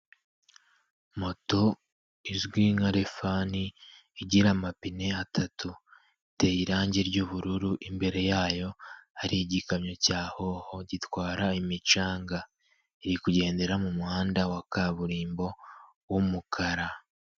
Moto izwi nka refani igira amapine atatu, iteye irangi ry'ubururu, imbere yayo hari igikamyo cya hoho gitwara imicanga iri kugendera mu muhanda wa kaburimbo w'umukara.